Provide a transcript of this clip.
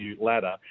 ladder